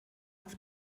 auf